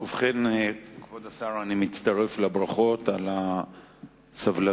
ובכן, כבוד השר, אני מצטרף לברכות על הסבלנות,